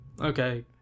okay